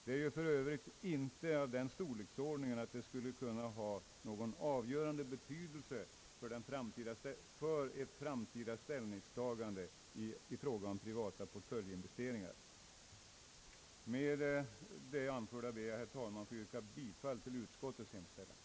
Det är för övrigt inte av den storleksordningen att det skulle kunna ha någon avgörande betydelse för ett framtida ställningstagande i fråga om privata portföljinvesteringar. Med det anförda ber jag, herr talman, att få yrka bifall till utskottets hemställan.